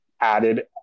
added